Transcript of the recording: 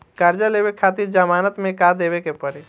कर्जा लेवे खातिर जमानत मे का देवे के पड़ी?